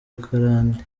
garanti